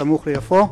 סמוך ליפו.